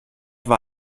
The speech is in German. war